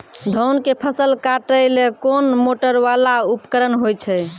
धान के फसल काटैले कोन मोटरवाला उपकरण होय छै?